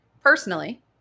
personally